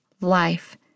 life